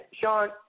Sean